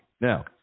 now